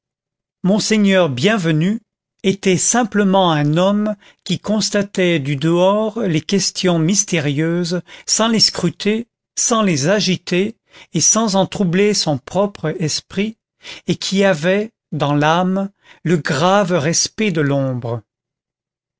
monseigneur bienvenu était simplement un homme qui constatait du dehors les questions mystérieuses sans les scruter sans les agiter et sans en troubler son propre esprit et qui avait dans l'âme le grave respect de